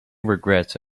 regrets